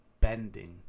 bending